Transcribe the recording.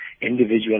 individual